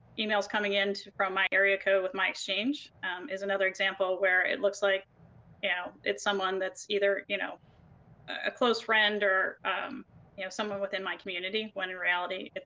emails coming in from my area code with my exchange is another example where it looks like and it's someone that's either you know a close friend or you know someone within my community when in reality,